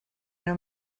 una